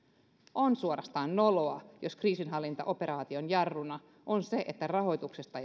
on suorastaan noloa jos kriisinhallintaoperaation jarruna on se että rahoituksesta